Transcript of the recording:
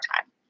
time